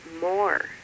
more